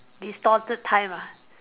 distorted time ah